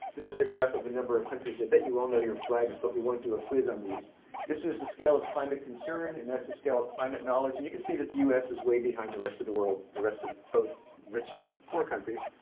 this is a graph of the number of countries i bet you all know your flags, but we won't do a quiz on these this is the scale of climate concern. and that's the scale of climate knowledge. and you can see that the us is way behind the rest of the world, the rest of both rich and poor countries.